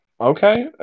Okay